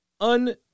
un-